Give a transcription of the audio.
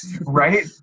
Right